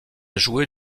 jouer